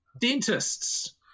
Dentists